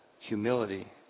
humility